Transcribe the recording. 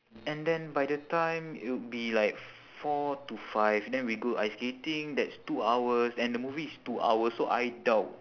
and then by the time it would be like four to five then we go ice skating that's two hours and the movie is two hours so I doubt